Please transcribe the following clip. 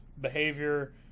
behavior